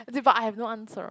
but I have no answer